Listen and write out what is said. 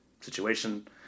situation